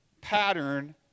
pattern